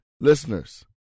listeners